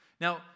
Now